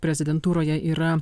prezidentūroje yra